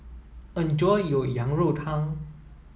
enjoy your Yang Rou Tang